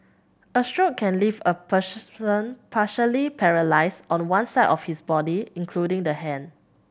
a stroke can leave a person partially paralysed on one side of his body including the hand